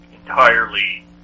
entirely